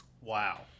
Wow